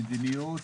נתחיל במדיניות.